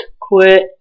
Quit